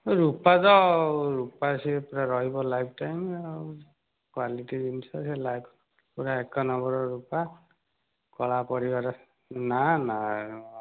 ରୂପା ତ ରୂପା ସିଏ ତ ରହିବ ଲାଇଫଟାଇମ ଆଉ କ୍ୱାଲିଟୀ ଜିନିଷ ଯେ ଲାଇଫଟାଇମ ପୁରା ଏକ ନମ୍ୱର ରୂପା କଳା ପଡ଼ିବାର ନା ନା